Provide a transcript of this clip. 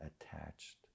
attached